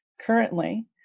Currently